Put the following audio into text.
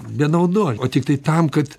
be naudos o tiktai tam kad